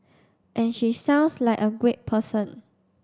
and she sounds like a great person